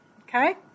okay